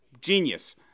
Genius